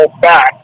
back